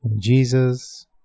Jesus